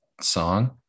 song